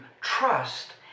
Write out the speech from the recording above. trust